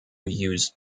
used